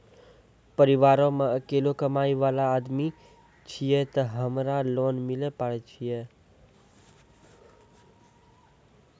परिवारों मे अकेलो कमाई वाला आदमी छियै ते हमरा लोन मिले पारे छियै?